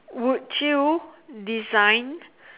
would you design